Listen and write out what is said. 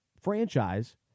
franchise